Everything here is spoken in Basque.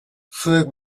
zuek